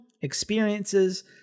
experiences